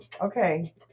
okay